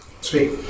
Sweet